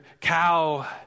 cow